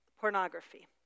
pornography